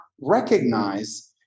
recognize